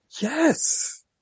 Yes